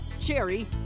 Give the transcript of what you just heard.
cherry